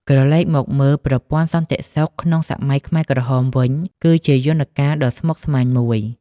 ក្រឡេកមកមើល ប្រព័ន្ធសន្តិសុខក្នុងសម័យខ្មែរក្រហមវិញ គឺជាយន្តការដ៏ស្មុគស្មាញមួយ។